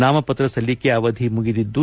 ನಾಮಪತ್ರ ಸಲ್ಲಿಕೆ ಅವಧಿ ಮುಗಿದಿದ್ದು